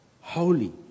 Holy